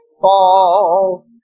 fall